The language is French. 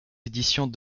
éditions